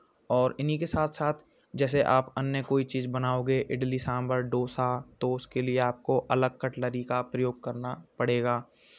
और इन्हीं के साथ साथ जैसे आप अन्य कोई चीज़ बनाओगे इडली सांभर डोसा तो उसके लिए आपको अलग कटलरी का प्रयोग करना पड़ेगा